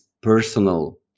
personal